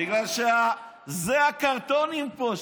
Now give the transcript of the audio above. בגלל שהקרטונים פה,